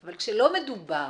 אבל כשלא מדובר